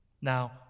Now